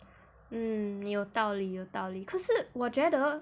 mm 有道理有道理可是我觉得